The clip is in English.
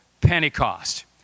Pentecost